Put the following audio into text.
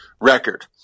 record